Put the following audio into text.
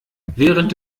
während